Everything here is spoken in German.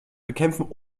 bekämpfen